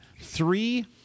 three